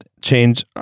change